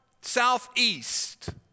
southeast